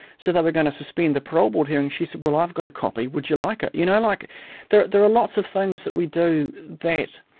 so they were going to suspend the parole board hearing. she said, well i've got a copy, would you like it? you know, like there there are lots of things that we do that